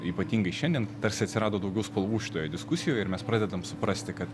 ypatingai šiandien tarsi atsirado daugiau spalvų šitoj diskusijoj ir mes pradedam suprasti kad